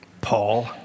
Paul